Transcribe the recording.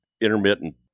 intermittent